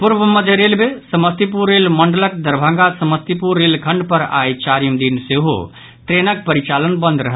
पूर्व मध्य railway Samastipur rail मंडलक दरभंगा समस्तीपुर रेलखंड पर आइ चारिम दिन सेहो ट्रेनक परिचालन बंद रहल